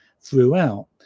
throughout